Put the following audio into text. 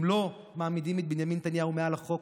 אם לא מעמידים את בנימין נתניהו מעל החוק,